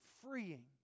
freeing